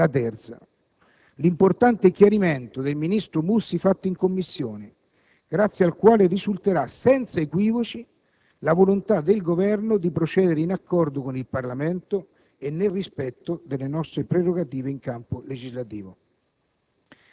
luogo, l'importante chiarimento reso dal ministro Mussi in Commissione, grazie al quale risulterà senza equivoci la volontà del Governo di procedere in accordo con il Parlamento e nel rispetto delle nostre prerogative in campo legislativo.